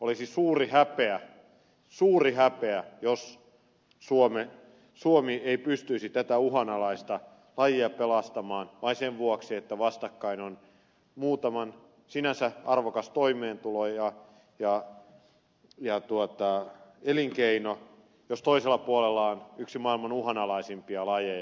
olisi suuri häpeä suuri häpeä jos suomi ei pystyisi tätä uhanalaista lajia pelastamaan vain sen vuoksi että vastakkain on muutaman sinänsä arvokas toimeentulo ja elinkeino jos toisella puolella on yksi maailman uhanalaisimpia lajeja